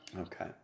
Okay